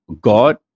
God